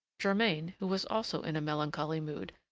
germain, who was also in a melancholy mood,